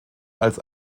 als